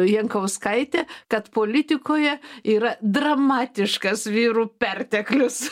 jankauskaitė kad politikoje yra dramatiškas vyrų perteklius